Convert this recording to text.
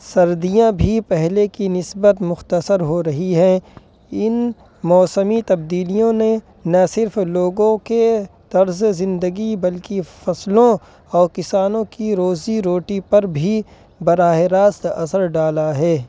سردیاں بھی پہلے کی نسبت مختصر ہو رہی ہیں ان موسمی تبدیلیوں نے نہ صرف لوگوں کے طرز زندگی بلکہ فصلوں اور کسانوں کی روزی روٹی پر بھی براہ راست اثر ڈالا ہے